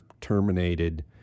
terminated